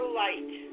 light